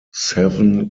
seven